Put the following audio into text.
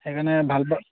সেইকাৰণে ভাল পালোঁ